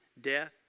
death